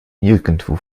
nirgendwo